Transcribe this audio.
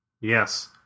yes